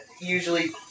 usually